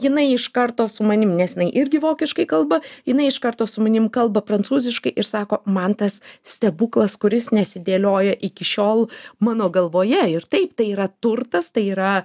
jinai iš karto su manim nes jinai irgi vokiškai kalba jinai iš karto su manim kalba prancūziškai ir sako man tas stebuklas kuris nesidėlioja iki šiol mano galvoje ir taip tai yra turtas tai yra